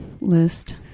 list